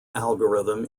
algorithm